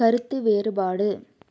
கருத்து வேறுபாடு